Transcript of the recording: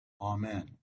Amen